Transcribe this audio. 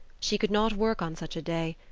she could not work on such a day,